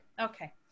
okay